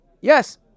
yes